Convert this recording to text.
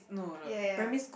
ya ya ya